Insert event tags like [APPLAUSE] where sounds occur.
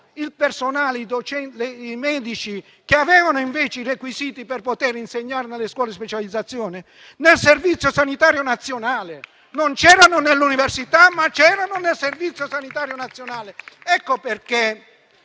trovavamo i medici che avevano invece i requisiti per poter insegnare nelle scuole di specializzazione? Nel Servizio sanitario nazionale. [APPLAUSE] Non c'erano nelle università, ma c'erano nel Servizio sanitario nazionale. Ecco perché